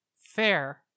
Fair